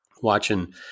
watching